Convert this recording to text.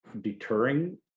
deterring